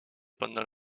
pendant